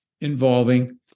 involving